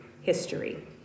history